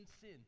sin